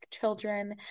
children